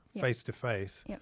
face-to-face